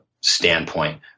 standpoint